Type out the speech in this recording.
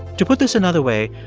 to put this another way,